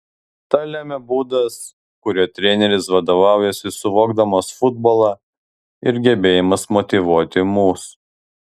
tą lemia būdas kuriuo treneris vadovaujasi suvokdamas futbolą ir gebėjimas motyvuoti mus